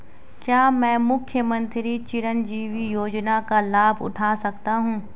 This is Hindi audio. क्या मैं मुख्यमंत्री चिरंजीवी योजना का लाभ उठा सकता हूं?